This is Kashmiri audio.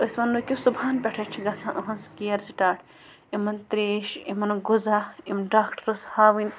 أسۍ وَنو کہِ صُبحٲن پٮ۪ٹھَے چھِ گژھان إہٕنٛز کِیَر سِٹاٹ یِمَن ترٛیش یِمَن غزا یِم ڈاکٹَرَس ہاوٕنۍ